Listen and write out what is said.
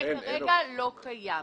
כרגע זה לא קיים.